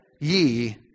ye